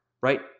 right